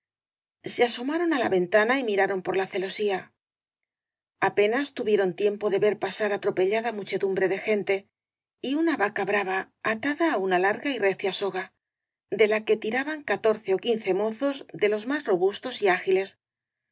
se asomaron á la ventana y miraron por la celosía apenas tu vieron tiempo de ver pasar atropellada muche dumbre de gente y una vaca brava atada á una larga y recia soga de la que tiraban catorce ó quin ce mozos de los más robustos y ágiles